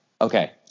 Okay